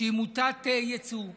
שהיא מוטת ייצור,